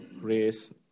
race